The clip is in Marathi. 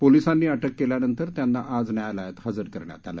पोलिसांनी अटक केल्यानंतर त्यांना आज न्यायालयात हजार करण्यात आलं